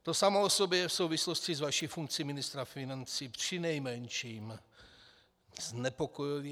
To je samo o sobě v souvislosti s vaší funkcí ministra financí přinejmenším znepokojivé.